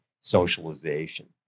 socialization